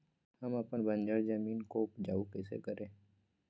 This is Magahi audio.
हम अपन बंजर जमीन को उपजाउ कैसे करे?